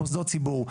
מוסדות ציבור.